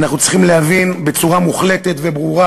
אנחנו צריכים להבין בצורה מוחלטת וברורה,